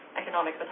economic